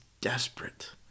desperate